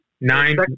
nine